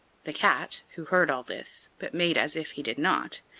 the cat, who heard all this, but made as if he did not,